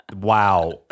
wow